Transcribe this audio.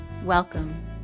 Welcome